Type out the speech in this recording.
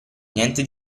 niente